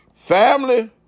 Family